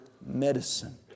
medicine